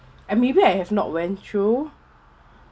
and maybe I have not went through